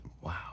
wow